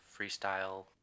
freestyle